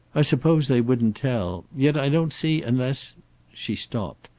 i suppose they wouldn't tell. yet i don't see, unless she stopped,